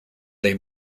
they